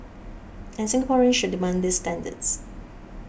and Singaporeans should demand these standards